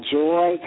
joy